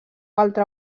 altre